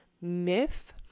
myth